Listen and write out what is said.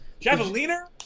Javeliner